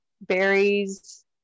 berries